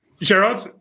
Gerard